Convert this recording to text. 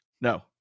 No